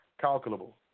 calculable